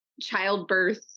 childbirth